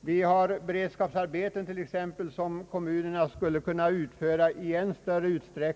Det finns beredskapsarbeten som kommunerna skulle kunna utföra i än större utsträckning.